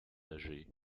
âgées